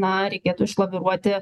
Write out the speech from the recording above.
na reikėtų išlaviruoti